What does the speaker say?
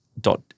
dot